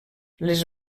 les